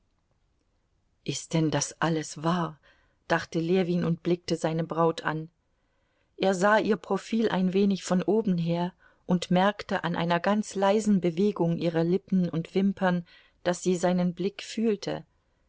ist denn das alles wahr dachte ljewin und blickte seine braut an er sah ihr profil ein wenig von oben her und merkte an einer ganz leisen bewegung ihrer lippen und wimpern daß sie seinen blick fühlte